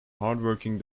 hardworking